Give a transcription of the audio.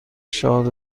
شاد